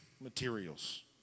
materials